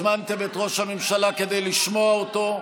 הזמנתם את ראש הממשלה כדי לשמוע אותו,